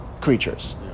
creatures